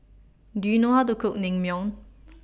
Do YOU know How to Cook Naengmyeon